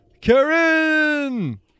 Karen